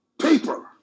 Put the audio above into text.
paper